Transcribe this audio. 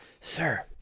Sir